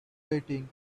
waiting